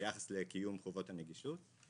ביחס לקיום חובות הנגישות.